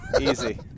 Easy